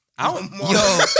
yo